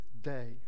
day